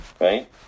right